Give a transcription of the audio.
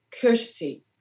courtesy